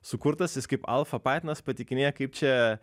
sukurtas jis kaip alfa patinas pateikinėja kaip čia